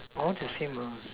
all the same mah